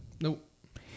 Nope